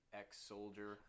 ex-soldier